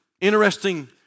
Interesting